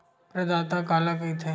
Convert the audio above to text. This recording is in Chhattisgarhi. प्रदाता काला कइथे?